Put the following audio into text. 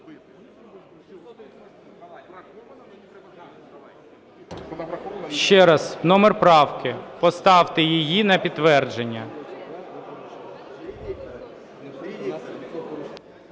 Ще раз, номер правки? Поставте її на підтвердження.